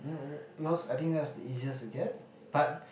yours I think that's the easiest to get but